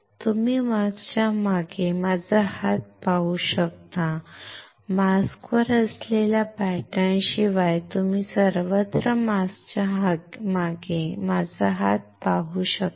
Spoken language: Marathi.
तुम्ही मास्कच्या मागे माझा हात पाहू शकता मास्कवर असलेल्या पॅटर्नशिवाय तुम्ही सर्वत्र मास्कच्या मागे माझा हात पाहू शकता